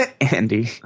Andy